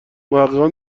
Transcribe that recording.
محققان